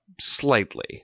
slightly